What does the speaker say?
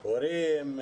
כמו הורים,